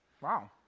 Wow